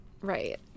Right